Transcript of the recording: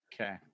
Okay